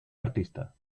artista